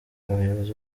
abayobozi